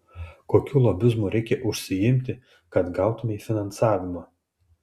kokiu lobizmu reikia užsiimti kad gautumei finansavimą